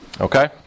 Okay